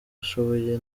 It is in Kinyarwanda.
ushoboye